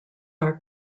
are